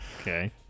Okay